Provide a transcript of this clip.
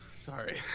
sorry